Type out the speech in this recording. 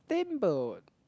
steamboat